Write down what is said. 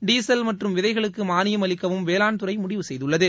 diesel மற்றும் விதைகளுக்கு மானியம் அளிக்கவும் வேளாண்துறை முடிவு செய்துள்ளது